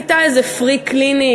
הייתה איזה free clinic,